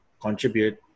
contribute